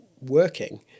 working